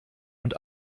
und